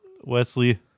Wesley